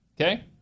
Okay